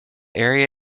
area